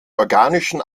organischen